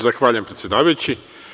Zahvaljujem, predsedavajući.